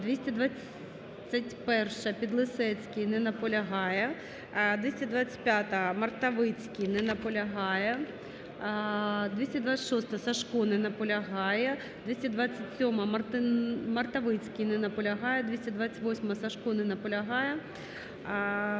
221-а, Підлісецький. Не наполягає. 225-а, Мартовицький. Не наполягає. 226-а, Сажко. Не наполягає. 227-а, Мартовицький. Не наполягає. 228-а, Сажко. Не наполягає.